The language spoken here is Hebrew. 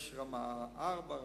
יש רמה 4,